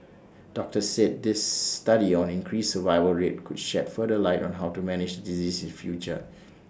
doctors said this study on increased survival rate could shed further light on how to manage disease the future